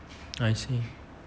I see